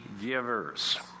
givers